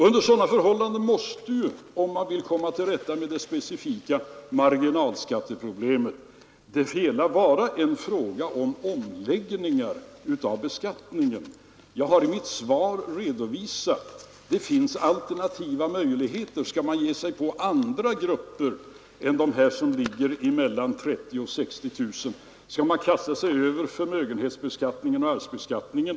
Under sådana förhållanden måste — om man vill komma till rätta med det speciella marginalskatteproblemet — det hela vara en fråga om omläggningar av beskattningen. Jag har i mitt svar redovisat att det här finns alternativa möjligheter. Skall man ge sig på andra grupper än dessa som ligger mellan 30 000 och 60 000 kronor? Skall man kasta sig över förmögenhetsbeskattningen, arvsbeskattningen?